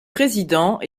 président